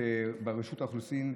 רשות האוכלוסין,